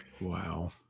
Wow